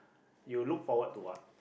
you look forward to what